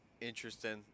interesting